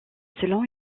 selon